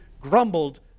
grumbled